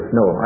no